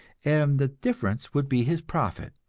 and the difference would be his profit.